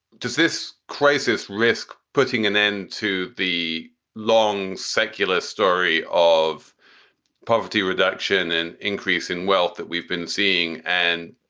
does this crisis risk putting an end to the the long secular story of poverty reduction, an increase in wealth that we've been seeing and.